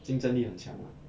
竞争力很强 lah